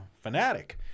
fanatic